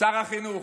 שר החינוך,